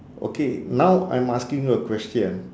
okay now I'm asking you a question